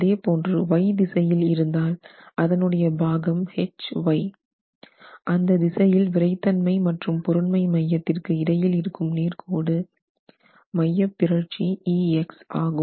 அதே போன்று Y திசையில் இருந்தால் அதனுடைய பாகம் Hy அந்த திசையில் விறைத்தன்மை மற்றும் பொருண்மை மையத்திற்கு இடையில் இருக்கும் நேர்கோடு மையப்பிறழ்ச்சி ex ஆகும்